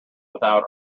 without